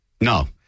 No